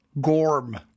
Gorm